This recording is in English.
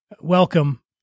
welcome